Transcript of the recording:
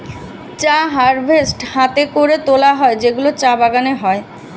চা হারভেস্ট হাতে করে তোলা হয় যেগুলো চা বাগানে হয়